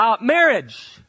Marriage